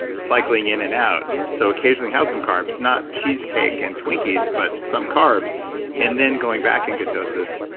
ah cycling in and out, so occasionally have some carbs, not cheesecake and twinkies, but some carbs and then going back in ketosis,